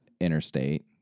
interstate